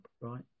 right